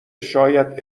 شاید